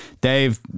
Dave